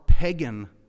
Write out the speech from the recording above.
Pagan